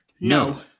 No